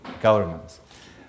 governments